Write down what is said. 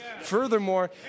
Furthermore